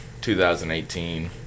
2018